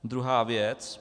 Druhá věc.